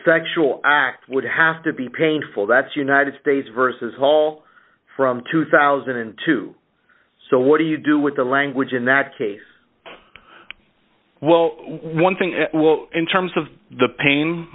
factual would have to be painful that's united states versus fall from two thousand and two so what do you do with the language in that case well one thing well in terms of the pain